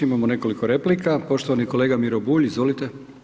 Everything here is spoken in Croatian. Imamo nekoliko replika, poštovani kolega Miro Bulj, izvolite.